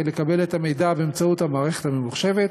לקבל את המידע באמצעות המערכת הממוחשבת,